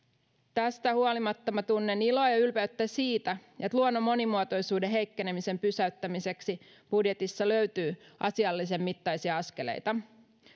tästä huolimatta minä tunnen iloa ja ylpeyttä siitä että luonnon monimuotoisuuden heikkenemisen pysäyttämiseksi budjetista löytyy asiallisen mittaisia askeleita